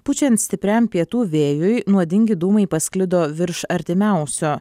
pučiant stipriam pietų vėjui nuodingi dūmai pasklido virš artimiausio